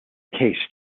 case